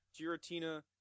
Giratina